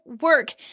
work